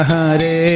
Hare